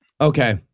Okay